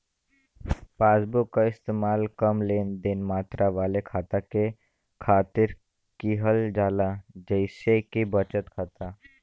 passbook क इस्तेमाल कम लेनदेन मात्रा वाले खाता के खातिर किहल जाला जइसे कि बचत खाता